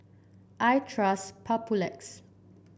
I trust Papulex